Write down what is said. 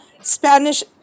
Spanish